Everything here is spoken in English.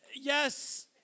yes